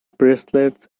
bracelets